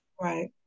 Right